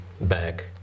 back